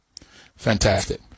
fantastic